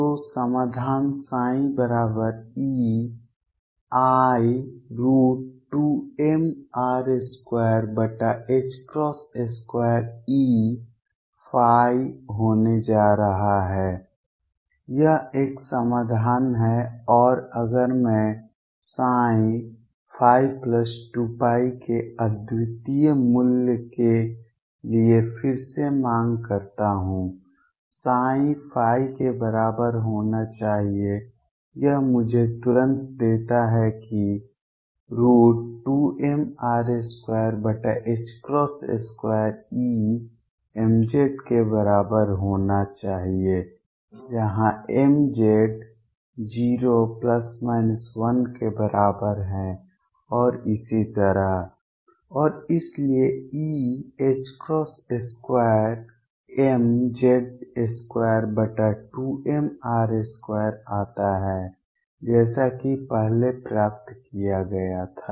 तो समाधान ψ बराबर ei√2mR22E होने जा रहा है यह एक समाधान है और अगर मैं ψϕ2π के अद्वितीय मूल्य के लिए फिर से मांग करता हूं ψϕ के बराबर होना चाहिए यह मुझे तुरंत देता है कि √2mR22E mz के बराबर होना चाहिए जहां mz 0 ±1 के बराबर है और इसी तरह और इसलिए E 2mz22mR2 आता है जैसा कि पहले प्राप्त किया गया था